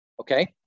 Okay